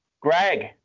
Greg